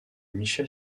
michel